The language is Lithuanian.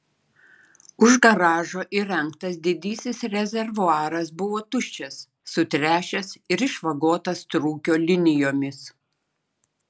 už garažo įrengtas didysis rezervuaras buvo tuščias sutręšęs ir išvagotas trūkio linijomis